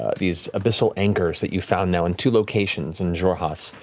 ah these abyssal anchors that you found now in two locations in xhorhas,